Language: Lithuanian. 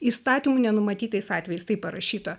įstatymų nenumatytais atvejais taip parašyta